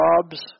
jobs